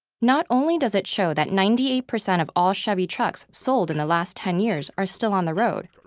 not only does it show that ninety eight percent of all chevy trucks sold in the last ten years are still on the road,